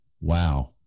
Wow